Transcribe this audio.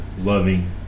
loving